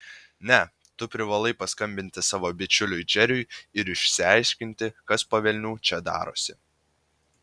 ne tu privalai paskambinti savo bičiuliui džeriui ir išsiaiškinti kas po velnių čia darosi